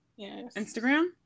Instagram